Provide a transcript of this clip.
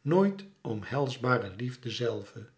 nooit omhelsbare liefde zelve